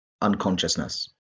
unconsciousness